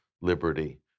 liberty